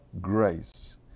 grace